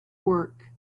work